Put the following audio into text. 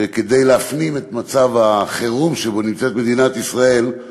כדי להפנים את מצב החירום שבו נמצאת מדינת ישראל,